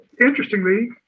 Interestingly